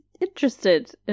interested